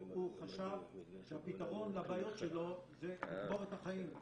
חשב שהפתרון לבעיות שלו זה לקבור את החיים,